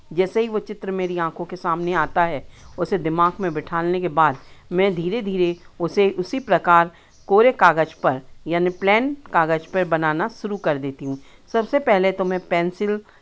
जैसे ही वो चित्र मेरी आँखों के सामने आता है उसे दिमाग में बैठाने के बाद मैं धीरे धीरे उसे उसी प्रकार कोरे कागज़ पर यानि प्लेन कागज़ पे बनाना शुरू कर देती हूँ सबसे पहले तो मैं पेंसिल